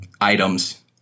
items